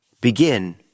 Begin